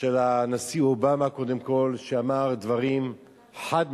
של הנשיא אובמה, קודם כול, שאמר דברים חד-משמעיים,